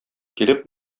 килеп